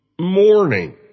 Morning